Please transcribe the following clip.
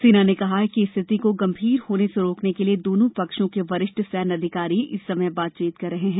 सेना ने कहा है कि स्थिति को गंभीर होने से रोकने के लिए दोनों पक्षों के वरिष्ठज सैन्यस अधिकारी इस समय बातचीत कर रहे हैं